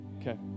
Okay